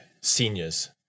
seniors